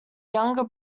younger